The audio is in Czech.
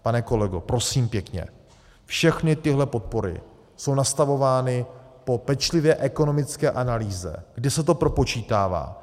Pane kolego, prosím pěkně, všechny tyhle podpory jsou nastavovány po pečlivé ekonomické analýze, kdy se to propočítává.